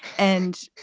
and,